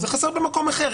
זה חסר במקום אחר,